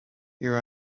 your